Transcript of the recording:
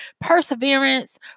perseverance